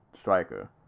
striker